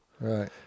Right